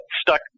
stuck